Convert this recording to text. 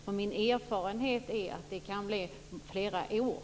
För min erfarenhet är att det kan bli tal om flera år.